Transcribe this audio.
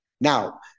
now